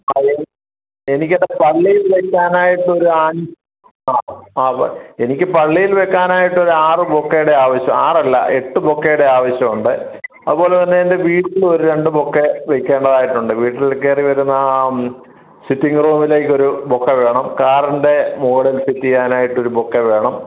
ആ എനിക്കെൻ്റെ പള്ളിയിൽ വെയ്ക്കാനായിട്ട് ഒരു ആ ആ എനിക്ക് പള്ളിയിൽ വെയ്ക്കാനായിട്ട് ഒരു ആറു ബൊക്കയുടെ ആവശ്യം ആറ് അല്ല എട്ട് ബൊക്കയുടെ ആവശ്യം ഉണ്ട് അത്പോലെത്തന്നെ എന്റെ വീട്ടിൽ ഒരു രണ്ട് ബൊക്ക വെയ്ക്കേണ്ടതായിട്ടുണ്ട് വീട്ടിൽ കയറി വരുന്ന ആ സിറ്റിങ് റൂമിലേക്ക് ഒരു ബൊക്ക വേണം കാറിന്റെ മോളിൽ ഫിറ്റ് ചെയ്യാനായിട്ട് ഒരു ബൊക്ക വേണം